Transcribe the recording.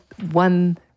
one